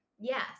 Yes